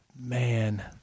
Man